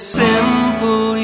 simple